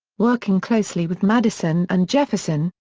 working closely with madison and jefferson,